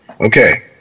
Okay